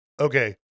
Okay